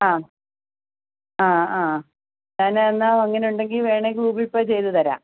ആ ആ ആ ഞാൻ എന്നാൽ അങ്ങനെ ഉണ്ടെങ്കിൽ വേണമെങ്കിൽ ഗൂഗിൾ പേ ചെയ്തുതരാം